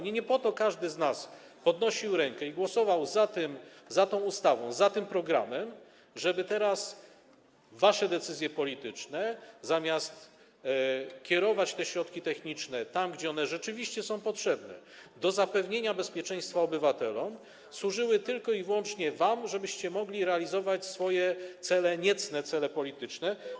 Nie po to każdy z nas podnosił rękę i głosował za tą ustawą, za tym programem, żeby przez wasze decyzje polityczne nie kierować tych środków technicznych tam, gdzie one rzeczywiście są potrzebne, aby zapewnić bezpieczeństwo obywatelom, żeby służyły tylko i wyłącznie wam, żebyście mogli realizować swoje cele, niecne cele polityczne.